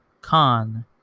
Khan